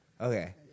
Okay